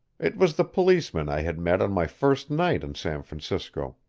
it was the policeman i had met on my first night in san francisco.